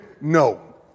No